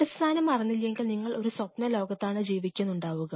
അടിസ്ഥാനം അറിഞ്ഞില്ലെങ്കിൽ നിങ്ങൾ ഒരു സ്വപ്നലോകത്താണ് ജീവിക്കുന്നുണ്ടാവുക